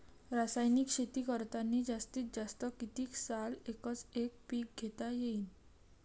रासायनिक शेती करतांनी जास्तीत जास्त कितीक साल एकच एक पीक घेता येईन?